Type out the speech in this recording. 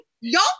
Y'all